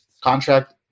contract